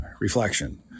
Reflection